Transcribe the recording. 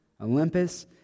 Olympus